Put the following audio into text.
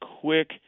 quick